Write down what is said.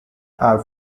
are